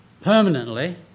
permanently